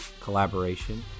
collaboration